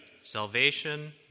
Salvation